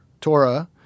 Torah